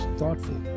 thoughtful